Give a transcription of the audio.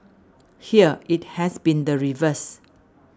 here it has been the reverse